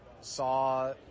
saw